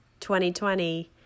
2020